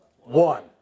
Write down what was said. One